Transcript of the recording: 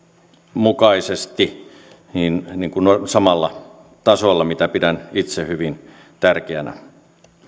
mukaisesti samalla tasolla mitä pidän itse hyvin tärkeänä